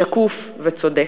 שקוף וצודק,